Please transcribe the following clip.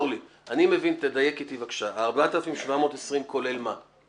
תדייק איתי בבקשה, 4,720 כולל מה?